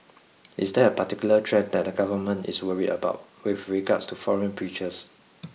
is there a particular trend that the government is worried about with regards to foreign preachers